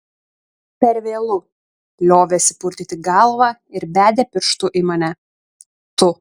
per vėlu liovėsi purtyti galvą ir bedė pirštu į mane tu